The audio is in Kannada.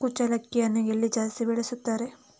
ಕುಚ್ಚಲಕ್ಕಿಯನ್ನು ಎಲ್ಲಿ ಜಾಸ್ತಿ ಬೆಳೆಸುತ್ತಾರೆ?